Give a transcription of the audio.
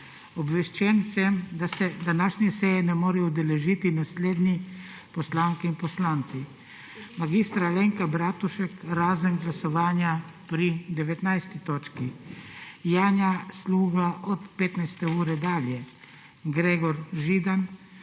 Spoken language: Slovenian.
Obveščen sem, da se današnje seje ne morejo udeležiti naslednji poslanke in poslanci: mag. Alenka Bratušek, razen glasovanja pri 19. točki, Janja Sluga od 15. ure dalje, Gregor Židan,